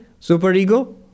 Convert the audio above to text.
superego